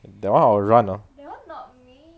that [one] I will run ah